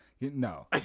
No